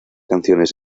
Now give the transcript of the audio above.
canciones